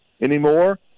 anymore